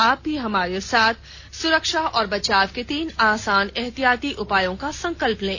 आप भी हमारे साथ सुरक्षा और बचाव के तीन आसान एहतियाती उपायों का संकल्प लें